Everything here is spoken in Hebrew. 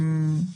התשפ"א-2021.